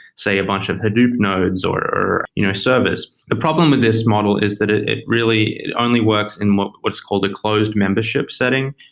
say a bunch of hadoop nodes or you know service the problem with this model is that it really only works in what's called a closed membership setting,